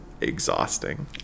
exhausting